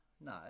no